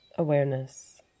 Awareness